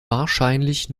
wahrscheinlich